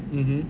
mmhmm